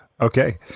Okay